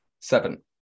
seven